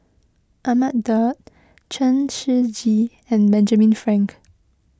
Ahmad Daud Chen Shiji and Benjamin Frank